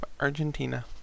Argentina